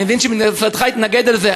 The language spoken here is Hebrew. אני מבין שמשרדך התנגד לזה.